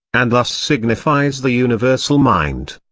and thus signifies the universal mind.